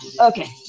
Okay